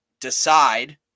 decide